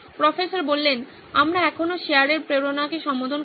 professor আমরা এখনও শেয়ারারের প্রেরণাকে সম্বোধন করিনি